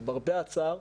למרבה הצער,